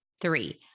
Three